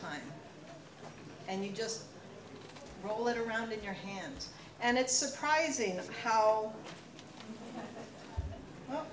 time and you just roll it around in your hands and it's surprising how